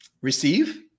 receive